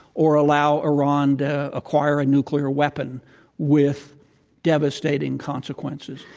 or allow iran to acquire a nuclear weapon with devastating consequences.